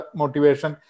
motivation